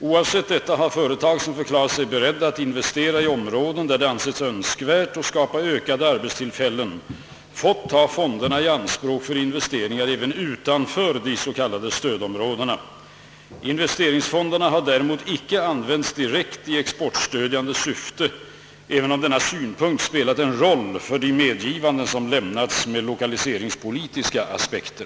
Oavsett detta har företag, som förklarat sig beredda att investera i områden där det ansetts önskvärt att skapa ökade arbetstillfällen, fått ta fonderna i anspråk för investeringar även utanför de s.k. stödområdena. Investeringsfonderna har däremot inte använts direkt i exportstödjande syfte även om denna synpunkt spelat en roll för de medgivanden som lämnats med lokaliseringspolitiska aspekter.